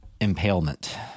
impalement